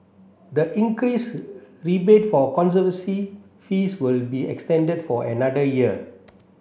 the increased rebate for conservancy fees will be extended for another year